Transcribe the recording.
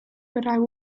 but